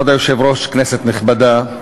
כבוד היושב-ראש, כנסת נכבדה,